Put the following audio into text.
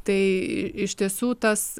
tai iš tiesų tas